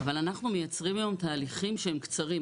אבל אנחנו מייצרים היום תהליכים שהם קצרים.